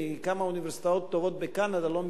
מכמה אוניברסיטאות טובות בקנדה לא מזמן: